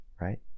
right